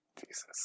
Jesus